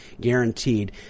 guaranteed